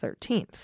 13th